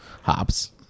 hops